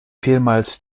vielmals